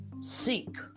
Seek